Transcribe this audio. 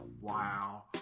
wow